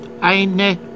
eine